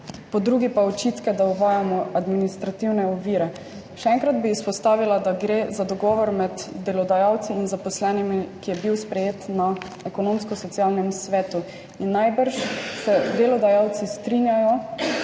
po drugi pa očitke, da uvajamo administrativne ovire. Še enkrat bi izpostavila, da gre za dogovor med delodajalci in zaposlenimi, ki je bil sprejet na Ekonomsko-socialnem svetu, in najbrž se delodajalci strinjajo,